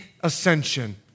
ascension